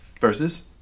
Versus